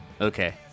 Okay